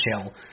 chill